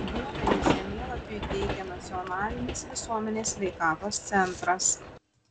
duomenis žemėlapiui teikia nacionalinis visuomenės sveikatos centras